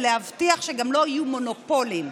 וגם להבטיח שלא יהיו מונופולים.